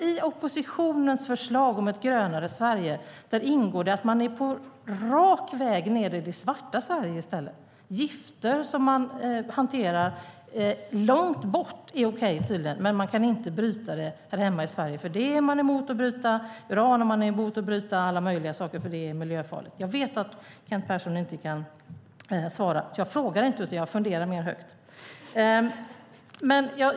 I oppositionens förslag om ett grönare Sverige ingår det alltså att man är på väg rakt ned i det svarta Sverige i stället. Gifter som man hanterar långt borta är tydligen okej, men man kan inte bryta här hemma i Sverige. Man är ju emot att bryta uran och alla möjliga saker, för det är miljöfarligt. Jag vet att inte Kent Persson kan svara. Därför frågar jag inte utan funderar mer högt.